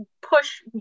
push